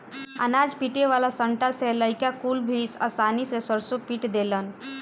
अनाज पीटे वाला सांटा से लईका कुल भी आसानी से सरसों पीट देलन